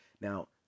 Now